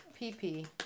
Pp